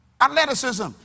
athleticism